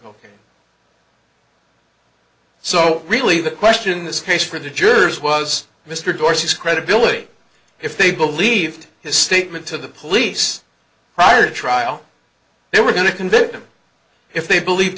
ok so really the question in this case for the jurors was mr dorsey's credibility if they believed his statement to the police prior to trial they were going to convict him if they believe